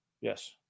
yes